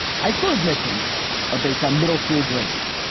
high school admissions are based on middle school grades,